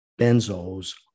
benzos